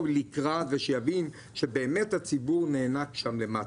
לקראת ושיבין שבאמת הציבור נאנק שם למטה.